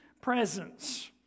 presence